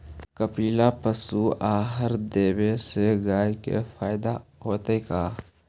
कपिला पशु आहार देवे से गाय के फायदा होतै का?